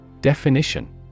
Definition